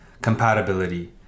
compatibility